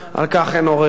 על כך אין עוררין.